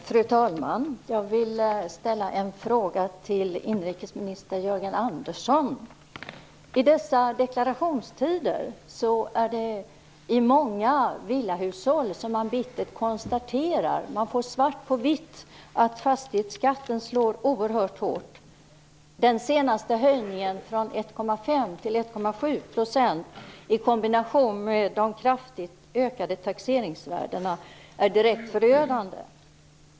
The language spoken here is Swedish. Fru talman! Jag vill ställa en fråga till inrikesminister Jörgen Andersson. I dessa deklarationstider konstaterar man bittert i många villahushåll att fastighetsskatten slår oerhört hårt. Man får svart på vitt. Den senaste höjningen från 1,5 % till 1,7 % i kombination med de kraftigt ökade taxeringsvärdena är direkt förödande.